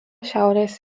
šiaurės